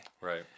Right